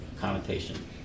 connotation